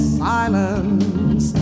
silence